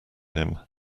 him